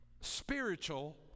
spiritual